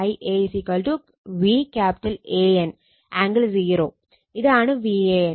Ia VAN angle 0 ഇതാണ് VAN